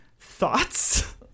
thoughts